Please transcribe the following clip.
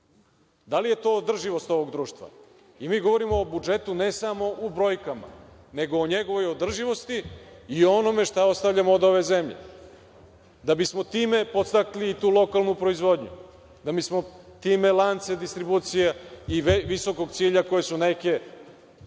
Da li je to održivost ovog društva? Mi govorimo o budžetu ne samo u brojkama, nego i o njegovoj održivosti i o onome šta ostavljamo od ove zemlje, da bismo time podstakli tu lokalnu proizvodnju, da bismo time lance distribucija i visokog cilja, koje su neke